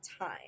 time